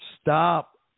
Stop